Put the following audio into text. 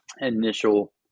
initial